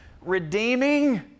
redeeming